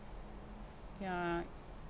yeah